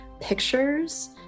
pictures